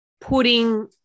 putting